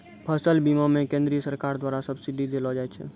फसल बीमा मे केंद्रीय सरकारो द्वारा सब्सिडी देलो जाय छै